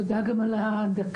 תודה על הדקה,